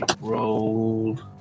rolled